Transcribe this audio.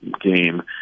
game